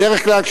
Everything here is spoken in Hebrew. בדרך כלל,